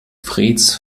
freds